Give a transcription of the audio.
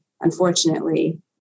unfortunately